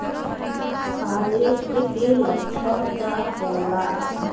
फारेस्ट के लक्षण का होला?